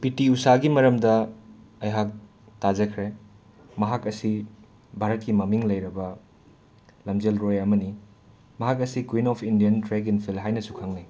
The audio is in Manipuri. ꯄꯤꯇꯤ ꯎꯁꯥꯒꯤ ꯃꯔꯝꯗ ꯑꯩꯍꯥꯛ ꯇꯥꯖꯈ꯭ꯔꯦ ꯃꯍꯥꯛ ꯑꯁꯤ ꯚꯥꯔꯠꯀꯤ ꯃꯃꯤꯡ ꯂꯩꯔꯕ ꯂꯝꯖꯦꯜꯔꯣꯏ ꯑꯃꯅꯤ ꯃꯍꯥꯛ ꯑꯁꯤ queen of Indian track in field ꯍꯥꯏꯅꯁꯨ ꯈꯪꯅꯩ